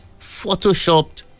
Photoshopped